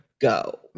go